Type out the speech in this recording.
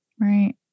Right